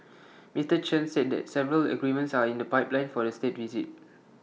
Mister Chen said that several agreements are in the pipeline for the State Visit